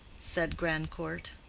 said grandcourt.